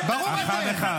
--- אחד, אחד.